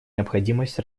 необходимость